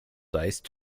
dice